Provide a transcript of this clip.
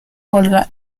volga